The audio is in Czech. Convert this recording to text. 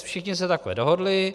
Všichni se takhle dohodli.